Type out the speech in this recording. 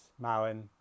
malin